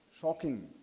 shocking